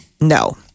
No